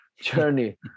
journey